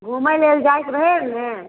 घुमैलेल जाइके रहै ने